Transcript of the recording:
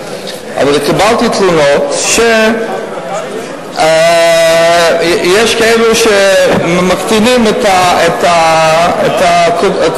אבל קיבלתי תלונות שיש כאלו שמקטינים את הקופסאות,